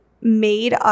made